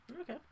Okay